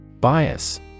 Bias